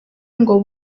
ngo